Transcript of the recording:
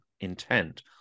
intent